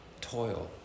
toil